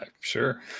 Sure